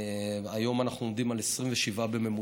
והיום אנחנו עומדים על 27 בממוצע.